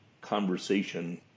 conversation